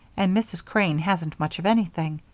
and mrs. crane hasn't much of anything.